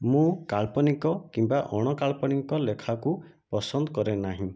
ମୁଁ କାଳ୍ପନିକ କିମ୍ବା ଅଣକାଳ୍ପନିକ ଲେଖାକୁ ପସନ୍ଦ କରେନାହିଁ